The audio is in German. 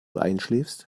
einschläfst